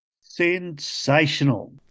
Sensational